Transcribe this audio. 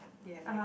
you have a red